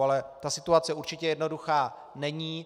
Ale ta situace určitě jednoduchá není.